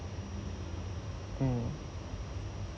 mm